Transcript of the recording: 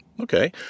Okay